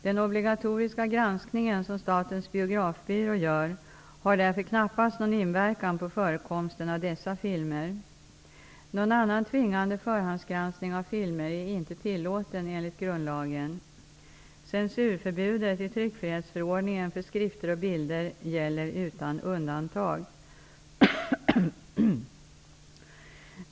Den obligatoriska granskningen, som Statens biografbyrå gör, har därför knappast någon inverkan på förekomsten av dessa filmer. Någon annan tvingande förhandsgranskning av filmer är inte tillåten enligt grundlagen. Censurförbudet i tryckfrihetsförordningen för skrifter och bilder gäller utan undantag.